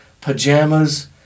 pajamas